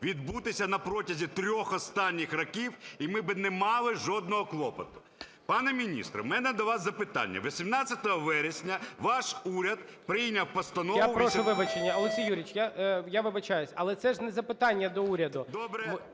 відбутися на протязі трьох останніх років, і ми би не мали жодного клопоту. Пане міністре, у мене до вас запитання. 18 вересня ваш уряд прийняв постанову… ГОЛОВУЮЧИЙ. Я прошу вибачення. Олексій Юрійович, я вибачаюся, але це ж не запитання до уряду.